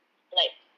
like